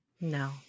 No